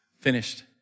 Finished